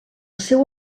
seu